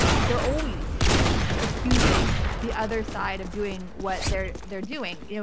they're always accusing the other side of doing what they're they're doing, you know